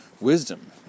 wisdom